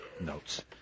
notes